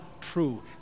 true